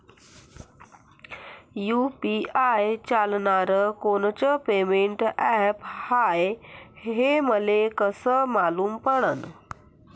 UPI चालणारं कोनचं payment app हाय, हे मले कस मालूम पडन?